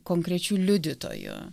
konkrečių liudytojų